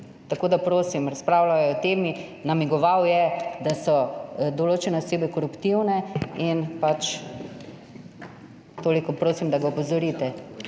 Tako da prosim, razpravljal je o temi, namigoval je, da so določene osebe koruptivne. In pač toliko prosim, da ga opozorite.